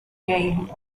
game